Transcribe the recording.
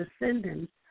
descendants